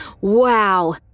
Wow